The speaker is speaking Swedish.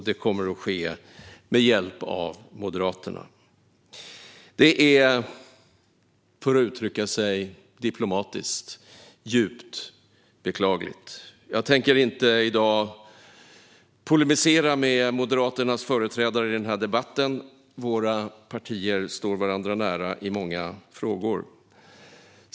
Det kommer att ske med hjälp av Moderaterna. Det är, för att uttrycka sig diplomatiskt, djupt beklagligt. Jag tänker inte i dag polemisera mot Moderaternas företrädare i den här debatten. Våra partier står varandra nära i många frågor.